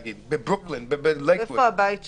בברוקלין --- ואיפה הבית שלהם?